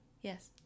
yes